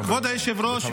היושב-ראש,